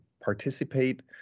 participate